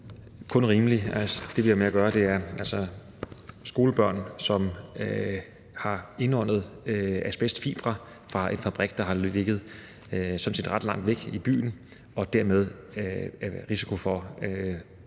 kun rimeligt. Det, vi har med at gøre, er skolebørn, som har indåndet asbestfibre fra en fabrik, der sådan set har ligget ret langt væk i byen, og dermed er i risiko for meget,